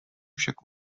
však